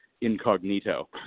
incognito